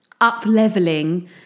up-leveling